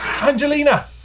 Angelina